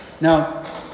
Now